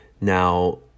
Now